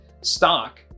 stock